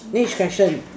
next question